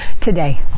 today